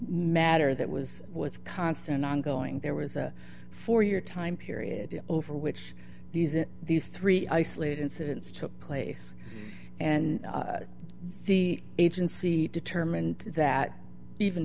matter that was was constant ongoing there was a four year time period over which these three isolated incidents took place and the agency determined that even